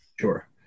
Sure